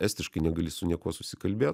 estiškai negali su niekuo susikalbėt